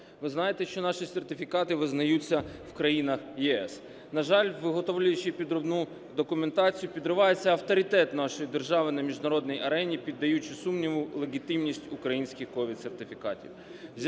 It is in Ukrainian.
Ви знаєте, що наші сертифікати визнаються в країнах ЄС. На жаль, виготовляючи підробну документацію, підривається авторитет нашої держави на міжнародній арені, піддаючи сумніву легітимність українських COVID-сертифікатів,